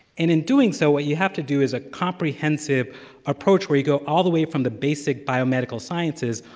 and in doing so, what you have to do is a comprehensive approach where you go all the way from the basic biomedical sciences,